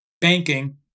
banking